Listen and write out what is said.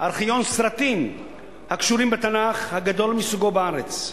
ארכיון סרטים הקשורים לתנ"ך, הגדול מסוגו בארץ.